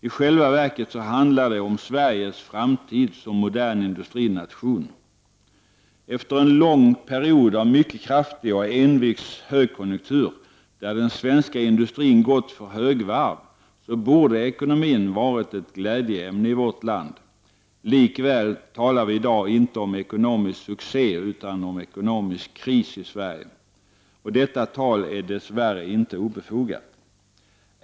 I själva verket handlar det om Sveriges framtid som modern industrination. Efter en lång period av en mycket kraftig och envis högkonjunktur, i vilken den svenska industrin gått för högvarv, borde ekonomin ha varit ett glädjeämne i vårt land. Likväl talar vi i dag inte om ekonomisk succé utan om ekonomisk kris i Sverige. Och detta tal är dess värre inte obefogat.